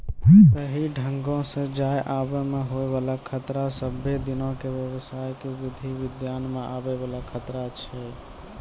सही ढंगो से जाय आवै मे होय बाला खतरा सभ्भे दिनो के व्यवसाय के विधि विधान मे आवै वाला खतरा छै